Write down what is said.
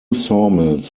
sawmills